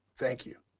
thank you.